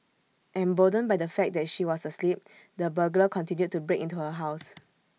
emboldened by the fact that she was asleep the burglar continued to break into her house